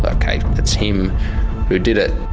ah okay, it's him who did it'.